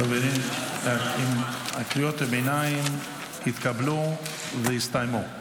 חברים, קריאות הביניים התקבלו והסתיימו.